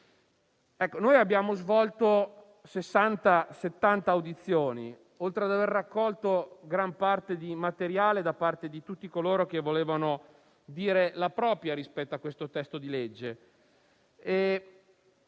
Abbiamo svolto circa 70 audizioni, oltre ad aver raccolto molto materiale da parte di tutti coloro che volevano dire la propria rispetto a questo testo di legge.